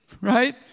Right